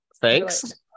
thanks